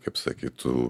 kaip sakytų